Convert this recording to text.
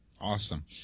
Awesome